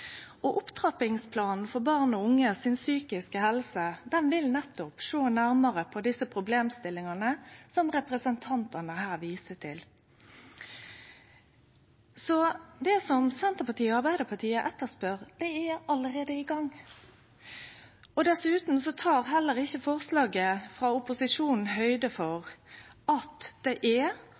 unge si psykiske helse vil nettopp sjå nærare på desse problemstillingane som representantane her viser til. Det som Senterpartiet og Arbeidarpartiet etterspør, er alt i gang. Dessutan tek forslaget frå opposisjonen heller ikkje høgde for at det er